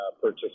purchase